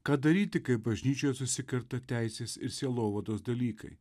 ką daryti kai bažnyčioje susikerta teisės ir sielovados dalykai